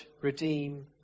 redeem